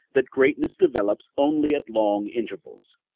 that greatness develops only at long intervals.